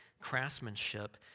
craftsmanship